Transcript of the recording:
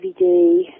DVD